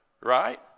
right